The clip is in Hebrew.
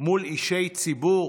מול אישי ציבור,